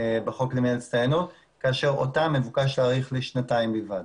בחוק למניעת הסתננות כאשר אותן מבוקש להאריך בשנתיים בלבד.